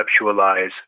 conceptualize